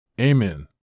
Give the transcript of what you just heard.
Amen